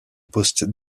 poste